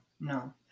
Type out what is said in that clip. no